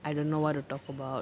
I don't know what to talk about